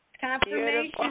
Confirmation